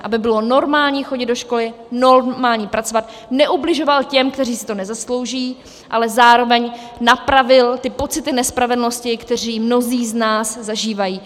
Aby bylo normální chodit do školy, normální pracovat, neubližoval těm, kteří si to nezaslouží, ale zároveň napravil ty pocity nespravedlnosti, které mnozí z nás zažívají.